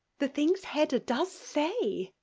the things hedda does say!